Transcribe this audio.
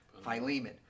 Philemon